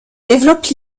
développe